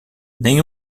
nem